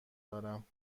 دارم